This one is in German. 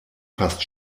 fast